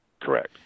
Correct